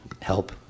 Help